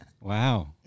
Wow